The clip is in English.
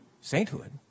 sainthood